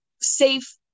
safe